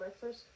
first